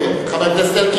חבר הכנסת אלקין,